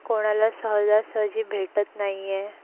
कोणाला सहजासहजी भेटत नाही आहे